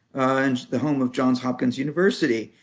and the home of johns hopkins university,